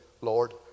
Lord